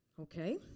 Okay